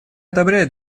одобряет